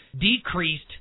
decreased